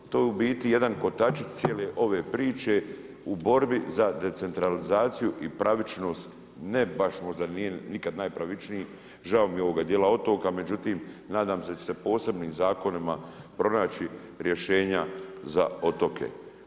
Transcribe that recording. To je u biti jedan kotačić cijele ove priče u borbi za decentralizaciju i pravičnost, ne baš, možda nije nikada najpravičniji, žao mi je ovog dijela otoka, međutim nadam se da će se posebnim zakonima pronaći rješenja za otoke.